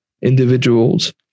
individuals